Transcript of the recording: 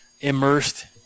immersed